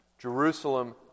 Jerusalem